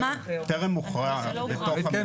טרם הוכרע בתוך המשרד.